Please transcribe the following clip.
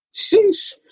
Sheesh